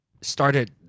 started